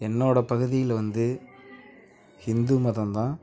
என்னோடய பகுதியில் வந்து ஹிந்து மதம் தான்